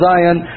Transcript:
Zion